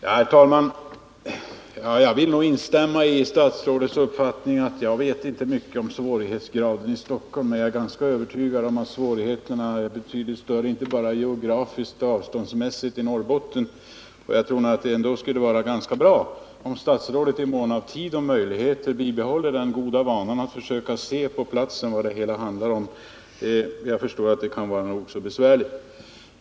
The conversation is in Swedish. Herr talman! Jag instämmer i statsrådets uppfattning att jag inte vet mycket om svårighetsgraden i Stockholm. Men jag är ganska övertygad om att svårigheterna är betydligt större både geografiskt och avståndsmässigt i Norrbotten. Det vore bra om statsrådet i mån av tid och möjligheter kunde bibehålla den goda vanan att försöka se på platsen vad det hela handlar om, även om jag förstår att det kan vara nog så besvärligt.